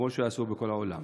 כמו שעשו בכל העולם.